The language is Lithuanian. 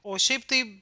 o šiaip tai